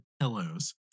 pillows